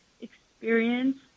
experience